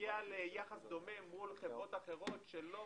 ליחס דומה מול חברות אחרות שלא